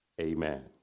Amen